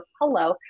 hello